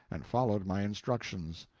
and followed my instructions.